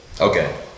okay